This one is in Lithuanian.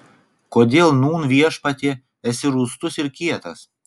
kodėl nūn viešpatie esi rūstus ir kietas